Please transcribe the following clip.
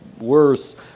worse